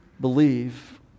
believe